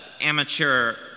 amateur